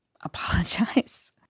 apologize